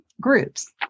groups